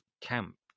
camp